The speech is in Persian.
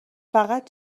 فقط